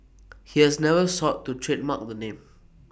he has never sought to trademark the name